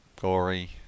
gory